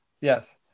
Yes